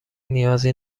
نیازی